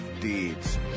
deeds